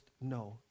No